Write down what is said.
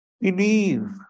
believe